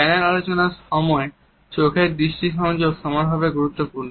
panel আলোচনার সময় চোখের দৃষ্টি সংযোগ সমানভাবে গুরুত্বপূর্ণ